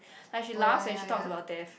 like she laughs when she talks about death